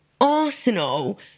Arsenal